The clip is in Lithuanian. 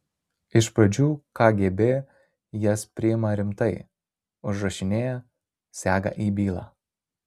iš pradžių kgb jas priima rimtai užrašinėja sega į bylą